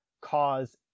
cause